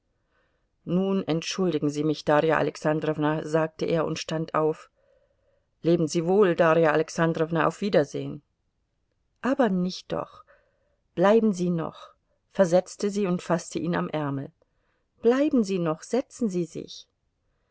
nun entschuldigen sie mich darja alexandrowna sagte er und stand auf leben sie wohl darja alexandrowna auf wiedersehen aber nicht doch bleiben sie noch versetzte sie und faßte ihn am ärmel bleiben sie noch setzen sie sich